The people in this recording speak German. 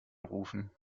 rufen